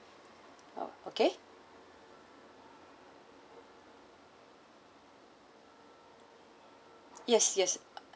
or okay yes yes